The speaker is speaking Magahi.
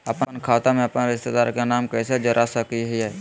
अपन खाता में अपन रिश्तेदार के नाम कैसे जोड़ा सकिए हई?